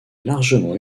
largement